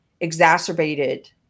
exacerbated